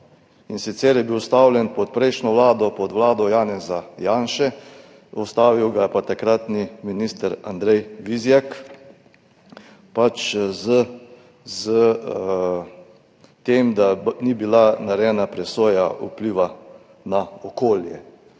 in sicer je bil ustavljen pod prejšnjo vlado, pod vlado Janeza Janše. Ustavil ga je takratni minister Andrej Vizjak s tem, da ni bila narejena presoja vplivov na okolje.